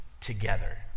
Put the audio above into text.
together